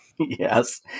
Yes